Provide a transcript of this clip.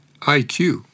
IQ